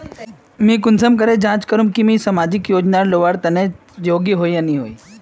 मुई कुंसम करे जाँच करूम की अभी मुई सामाजिक योजना प्राप्त करवार योग्य होई या नी होई?